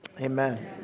Amen